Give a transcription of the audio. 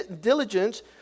diligence